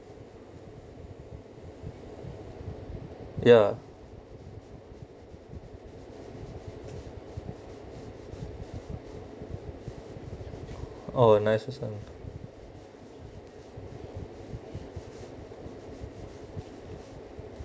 ya oh nice awesome